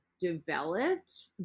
developed